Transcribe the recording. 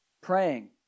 praying